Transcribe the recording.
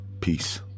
Peace